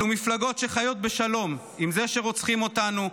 אלו מפלגות שחיות בשלום עם זה שרוצחים אותנו,